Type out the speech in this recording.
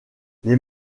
les